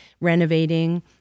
renovating